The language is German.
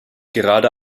gerade